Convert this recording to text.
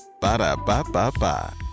Ba-da-ba-ba-ba